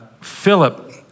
Philip